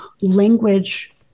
language